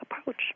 approach